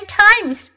times